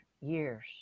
years